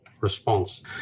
Response